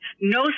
no